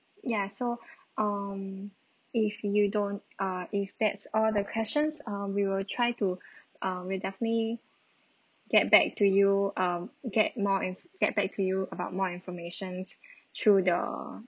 ya so um if you don't uh if that's all the questions err we will try to err we'll definitely get back to you um get more and get back to you about more informations through the